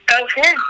Okay